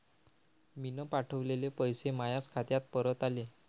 मीन पावठवलेले पैसे मायाच खात्यात परत आले